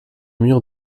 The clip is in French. murs